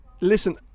listen